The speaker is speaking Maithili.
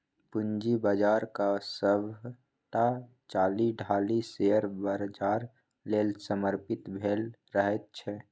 पूंजी बाजारक सभटा चालि ढालि शेयर बाजार लेल समर्पित भेल रहैत छै